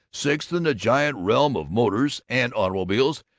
sixth in the giant realm of motors and automobiles,